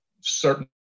certain